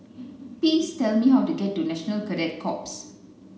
please tell me how to get to National Cadet Corps